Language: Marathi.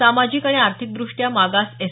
सामाजिक आणि आर्थिकद्रष्ट्या मागास एस